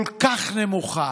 כל כך נמוכה,